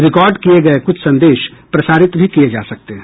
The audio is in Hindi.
रिकार्ड किए गए कुछ संदेश प्रसारित भी किए जा सकते हैं